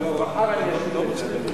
מחר אני אשלים.